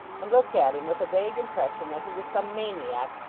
and looked at him with a vague impression that he was some maniac,